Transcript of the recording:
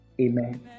Amen